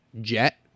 Jet